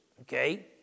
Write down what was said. okay